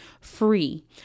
free